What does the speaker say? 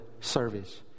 service